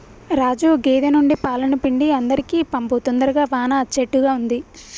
రాజు గేదె నుండి పాలను పిండి అందరికీ పంపు తొందరగా వాన అచ్చేట్టుగా ఉంది